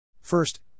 First